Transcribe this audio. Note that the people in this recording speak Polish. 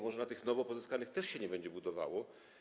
Może na tych nowo pozyskanych też się nie będzie budowało?